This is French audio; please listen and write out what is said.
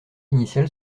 initial